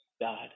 God